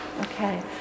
Okay